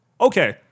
Okay